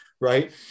right